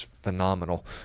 phenomenal